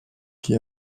qui